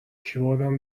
کیبوردم